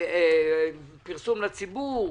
בפרסום לציבור,